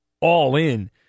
all-in